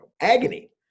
agony